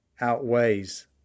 outweighs